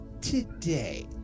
today